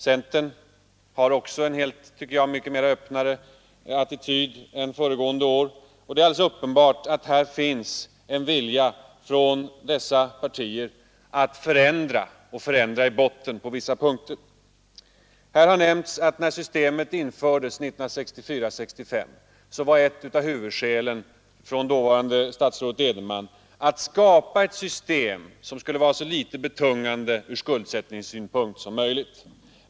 Centern har också en väsentligt öppnare attityd än föregående år, och det är alldeles uppenbart att det finns en vilja hos dessa partier att förändra, och förändra i botten på flera punkter. Här har nämnts, att ett av huvudskälen från dåvarande statsrådet Edenmans sida — när systemet infördes 1964/65 — var att skapa ett system som skulle vara så litet betungande ur skuldsättningssynpunkt som möjligt.